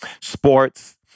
sports